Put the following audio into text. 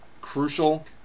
crucial